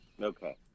okay